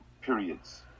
periods